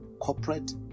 corporate